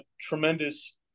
tremendous